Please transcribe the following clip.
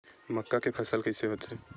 मक्का के फसल कइसे होथे?